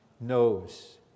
knows